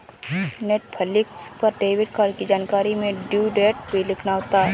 Netflix पर debit card की जानकारी में ड्यू डेट भी लिखना होता है